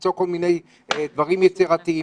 למצוא כל מיני דברים יצירתיים.